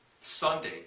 Sunday